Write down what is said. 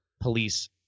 police